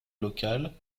local